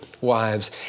wives